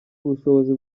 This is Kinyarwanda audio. ubushobozi